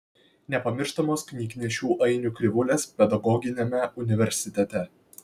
nepamirštamos knygnešių ainių krivulės pedagoginiame universitete